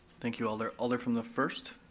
thank you alder, alder from the first.